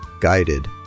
guided